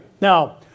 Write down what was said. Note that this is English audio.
Now